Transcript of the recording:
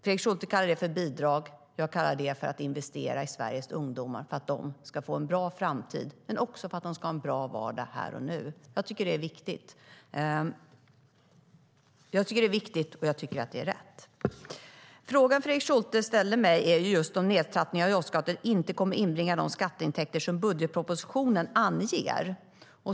Fredrik Schulte kallar detta för bidrag. Jag kallar det för att investera i Sveriges ungdomar så att de ska få en bra framtid men också för att de ska ha en bra vardag här och nu. Jag tycker att det är viktigt, och jag tycker att det är rätt. Frågan som Fredrik Schulte ställde till mig är om en nedtrappning av jobbskattavdraget kommer att inbringa de skatteintäkter som budgetpropositionen anger.